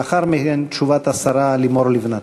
לאחר מכן, תשובת השרה לימור לבנת.